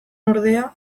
ordea